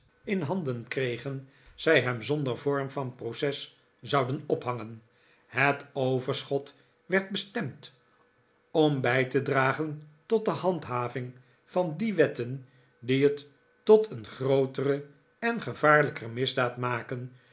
in handen kregen zij hem zonder vorm van proces zouden ophangen het overschot werd bestemd om bij te dragen tot de handhaving van die wetten die het tot een grootere en gevaarlijker misdaad maken